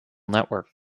network